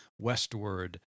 westward